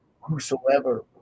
whosoever